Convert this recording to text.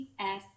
-S